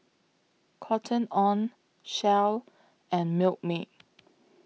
Cotton on Shell and Milkmaid